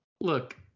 Look